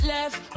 Left